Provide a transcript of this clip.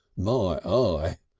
my ah eye!